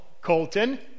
Colton